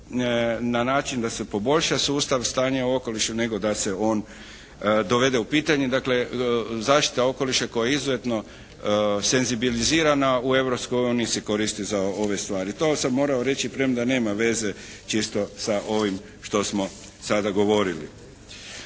na način da se poboljša sustav stanja u okolišu nego da se on dovede u pitanje. Dakle zaštita okoliša koja je izuzetno senzibilizirana u Europskoj uniji se koristi za ove stvari. To sam morao reći premda nema veze čisto sa ovim što smo sada govorili.